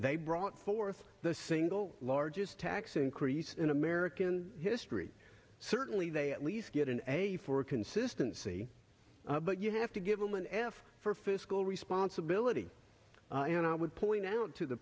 they brought forth the single largest tax increase in american history certainly they at least get an a for consistency but you have to give them an f for fiscal responsibility and i would point out to the